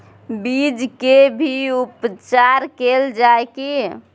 बीज के भी उपचार कैल जाय की?